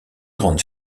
grave